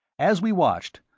as we watched,